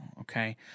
okay